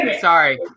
sorry